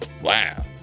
wow